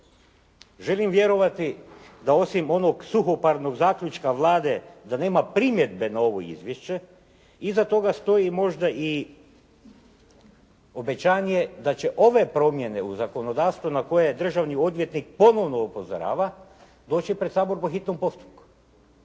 Želim vjerovati da osim onog suhoparnog zaključka Vlade da nema primjedbe na ovo izvješće, iza toga stoji možda i obećanje da će ove promjene u zakonodavstvu na koje državni odvjetnik ponovno upozorava doći pred Sabor po hitnom postupku